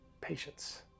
patience